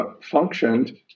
functioned